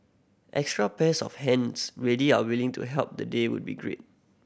extra pairs of hands ready and willing to help the day would be great